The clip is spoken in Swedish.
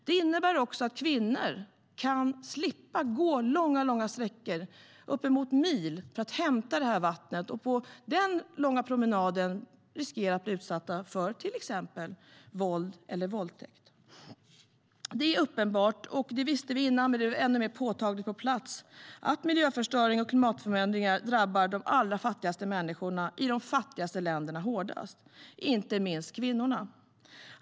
Det innebär också att kvinnor kan slippa gå långa sträckor, uppemot någon mil, för att hämta vatten och på den långa promenaden löpa risk att bli utsatta för våld eller våldtäkt. Det är uppenbart - det visste vi redan innan, men det blev ännu mer påtagligt på plats - att miljöförstöring och klimatförändringar drabbar de allra fattigaste människorna i de fattigaste länderna hårdast, inte minst kvinnorna.